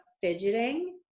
fidgeting